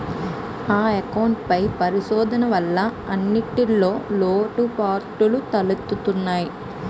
account పై పరిశోధన వల్ల అన్నింటిన్లో లోటుపాటులు తెలుత్తయి